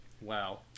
Wow